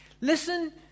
listen